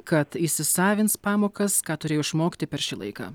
kad įsisavins pamokas ką turėjo išmokti per šį laiką